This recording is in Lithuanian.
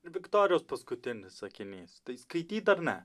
viktorijos paskutinis sakinys tai skaityt ar ne